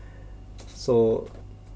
so